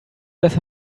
dass